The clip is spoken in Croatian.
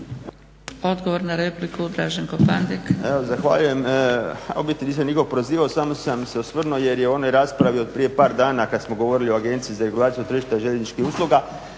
Odgovor na repliku, Draženko Pandek.